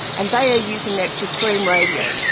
and they are using that to stream radio.